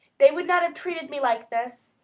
they would not have treated me like this.